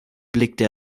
blickte